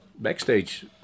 Backstage